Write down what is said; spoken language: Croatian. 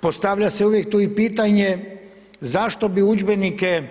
Postavlja se uvijek tu i pitanje zašto bi udžbenike